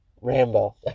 Rambo